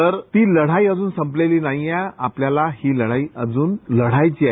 तर ती लढाई अजून संपलेली नाही आहे आपल्याला ती लढाई अजून लढाईची आहे